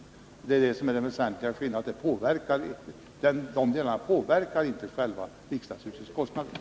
Det är detta som är det väsentliga. Dessa kostnader påverkas inte av att riksdagsarbetet bedrivs i huset.